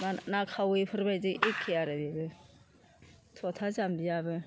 ना खावैफोर बादि एखे आरो बेबो थ'थाजाम्बिआबो